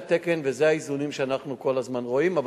התקן ואלה האיזונים שאנחנו כל הזמן רואים,